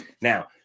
Now